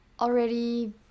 already